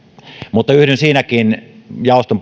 mutta yhdyn siinäkin jaoston